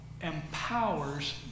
empowers